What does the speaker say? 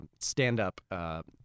stand-up